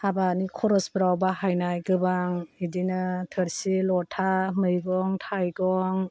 हाबानि खरसफ्राव बाहायनाय गोबां बिदिनो थोरसि ल'था मैगं थाइगं